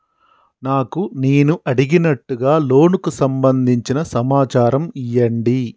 నాకు నేను అడిగినట్టుగా లోనుకు సంబందించిన సమాచారం ఇయ్యండి?